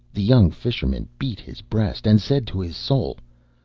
the young fisherman beat his breast, and said to his soul,